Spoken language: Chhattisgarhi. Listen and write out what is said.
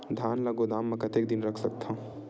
धान ल गोदाम म कतेक दिन रख सकथव?